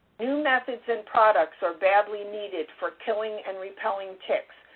new methods and products are badly needed for killing and repelling ticks,